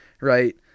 right